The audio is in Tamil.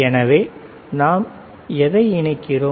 எனவே நாம் எதை இணைக்கிறோம்